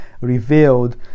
revealed